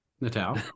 Natal